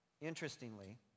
Interestingly